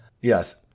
Yes